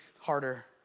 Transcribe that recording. harder